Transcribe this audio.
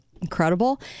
incredible